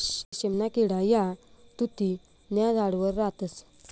रेशीमना किडा या तुति न्या झाडवर राहतस